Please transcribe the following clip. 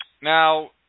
Now